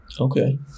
Okay